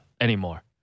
anymore